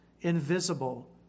invisible